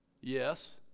Yes